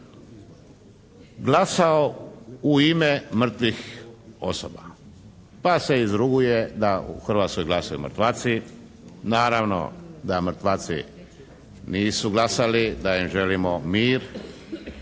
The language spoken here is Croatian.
glasao u ime mrtvih osoba pa se izruguje da u Hrvatskoj glasuju mrtvaci, naravno da mrtvaci nisu glasali, da im želimo mir,